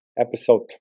episode